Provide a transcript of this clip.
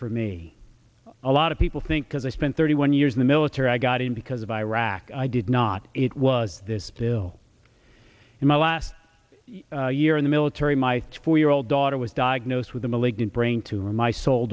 for me a lot of people think because i spent thirty one years in the military i got in because of iraq i did not it was this bill in my last year in the military my four year old daughter was diagnosed with a malignant brain tumor in my soul